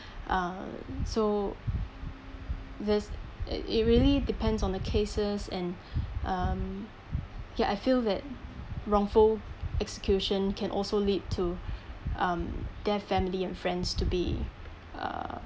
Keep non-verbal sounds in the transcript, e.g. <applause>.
<breath> uh so this <noise> it really depends on the cases and <breath> um ya I feel that wrongful execution can also lead to <breath> um their family and friends to be uh